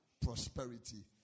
prosperity